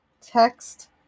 text